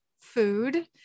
food